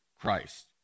Christ